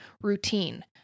routine